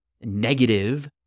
negative